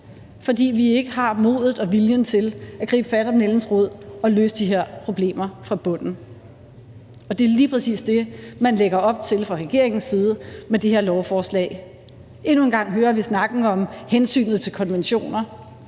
fordi vi ikke har modet og viljen til at gribe fat om nældens rod og løse de her problemer fra bunden, og det er lige præcis det, som man fra regeringens side lægger op til med det her lovforslag. Endnu en gang hører vi snakken om hensynet til konventioner,